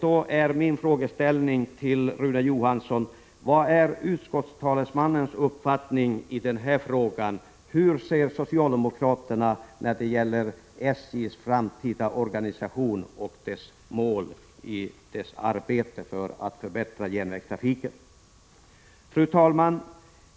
Jag vill fråga Rune Johansson, utskottets talesman, hur socialdemokraterna ser på SJ:s framtida organisation och mål när det gäller att förbättra järnvägstrafiken. Fru talman!